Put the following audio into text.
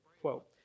quote